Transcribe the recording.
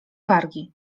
wargi